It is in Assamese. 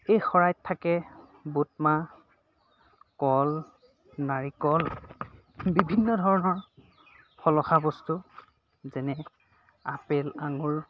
এই শৰাইত থাকে বুট মাহ কল নাৰিকল বিভিন্ন ধৰণৰ ফলহাৰ বস্তু যেনে আপেল আঙুৰ